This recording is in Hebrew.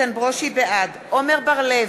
בעד עמר בר-לב,